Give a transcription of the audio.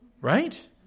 Right